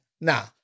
Now